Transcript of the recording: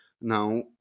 Now